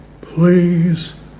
...please